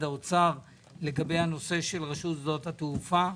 האוצר לגבי הנושא של רשות שדות התעופה,